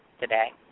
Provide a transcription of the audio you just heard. today